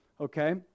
Okay